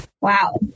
Wow